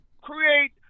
create